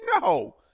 No